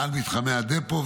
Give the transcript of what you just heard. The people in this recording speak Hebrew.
מעל מתחמי הדפו,